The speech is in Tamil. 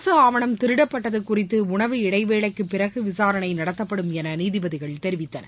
அரசு ஆவணம் திருடப்பட்டது குறித்து உணவு இடைவேளைக்கு பிறகு விசாரணை நடத்தப்படும் என நீதிபதிகள் தெரிவித்தனர்